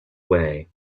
way